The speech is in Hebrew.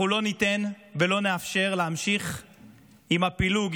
אנחנו לא ניתן ולא נאפשר להמשיך עם הפילוג,